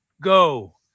Go